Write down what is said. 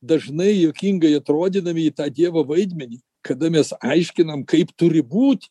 dažnai juokingai atrodydami į tą dievo vaidmenį kada mes aiškinam kaip turi būt